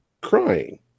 crying